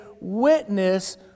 witness